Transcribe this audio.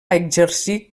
exercir